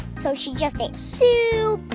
so she just ate soup,